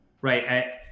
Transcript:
right